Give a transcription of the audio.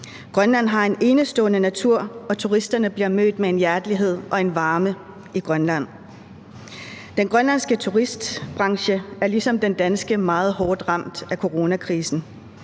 Grønland har en enestående natur, og turisterne bliver mødt med en hjertelighed og en varme i Grønland. Den grønlandske turistbranche er ligesom den danske meget hårdt ramt af coronakrisen.